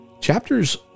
Chapters